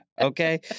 Okay